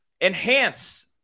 enhance